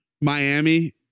Miami